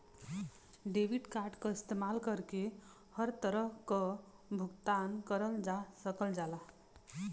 debit card क इस्तेमाल कइके हर तरह क भुगतान करल जा सकल जाला